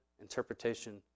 interpretation